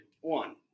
One